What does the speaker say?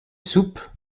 soupe